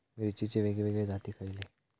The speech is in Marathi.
मिरचीचे वेगवेगळे जाती खयले?